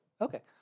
Okay